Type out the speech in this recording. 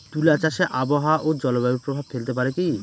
তুলা চাষে আবহাওয়া ও জলবায়ু প্রভাব ফেলতে পারে কি?